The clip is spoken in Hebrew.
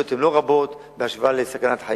העלויות הן לא רבות בהשוואה לסכנת חיים,